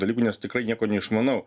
dalykų nes tikrai nieko neišmanau